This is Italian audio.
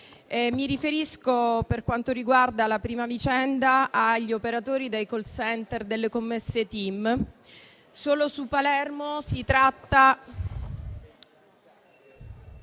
Mi riferisco, per quanto riguarda la prima vicenda, agli operatori dei *call center* delle commesse TIM. Solo su Palermo si tratta...